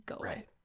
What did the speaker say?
Right